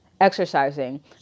exercising